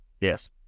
Yes